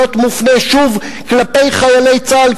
להיות מופנה שוב כלפי חיילי צה"ל,